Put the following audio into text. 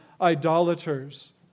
idolaters